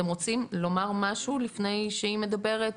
אתם רוצים לומר משהו לפני שהיא מדברת?